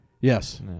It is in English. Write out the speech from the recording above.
Yes